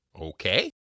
okay